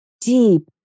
deep